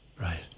Right